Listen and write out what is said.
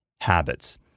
habits